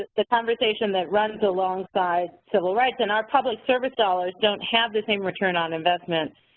ah the conversation that runs alongside civil rights, and our public service dollars don't have the same return on investments,